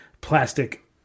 plastic